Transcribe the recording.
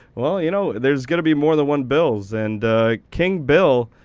well, you know, there's going to be more than one bills. and king bill,